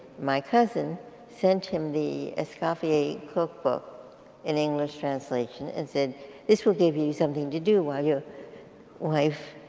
my cousin sent him the escaviet cookbook an english translation, and said this will give you something to do while your wife